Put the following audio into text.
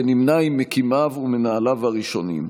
ונמנה עם מקימיו ומנהליו הראשונים.